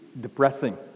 depressing